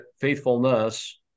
faithfulness